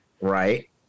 Right